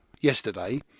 yesterday